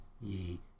ye